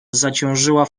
zaciążyła